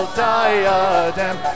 diadem